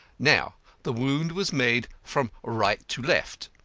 now the wound was made from right to left,